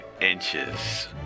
inches